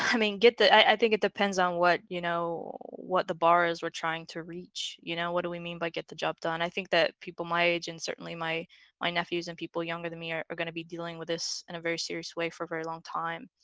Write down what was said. i mean get the i think it depends on what you know what the borrowers were trying to reach? you know, what do we mean by get the job done? i think that people my age and certainly my my nephews and people younger than me are are going to be dealing with this in a very serious way for a very long time